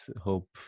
hope